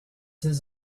his